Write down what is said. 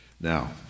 Now